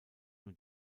nur